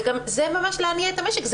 זה ממש להניע את המשק.